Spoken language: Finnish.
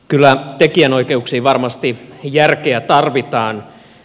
kyllä tekijänoikeuksiin varmasti järkeä tarvitaan